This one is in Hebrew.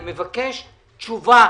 אני מבקש תשובה